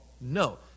No